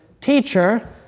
Teacher